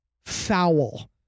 foul